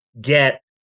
get